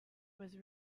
was